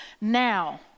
now